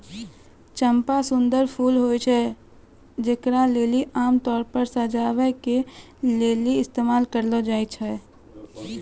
चंपा सुंदर फूल छै जे आमतौरो पे सजाबै के लेली इस्तेमाल करलो जाय छै